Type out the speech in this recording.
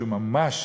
שהוא ממש